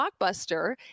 blockbuster